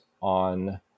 on